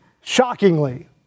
Shockingly